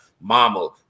mama